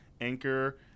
Anchor